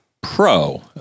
pro